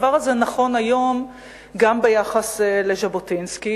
והדבר הזה נכון היום גם ביחס לז'בוטינסקי,